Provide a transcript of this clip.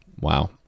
Wow